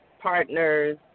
partner's